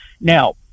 Now